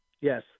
Yes